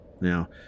now